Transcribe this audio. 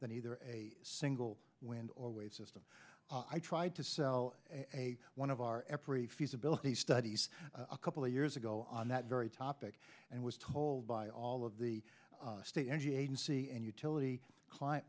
than either a single wind or weight system i tried to sell a one of our every feasibility studies a couple of years ago on that very topic and was told by all of the state energy agency and utility client